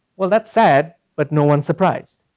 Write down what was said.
well, that's sad, but no one's surprised,